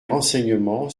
renseignements